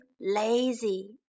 lazy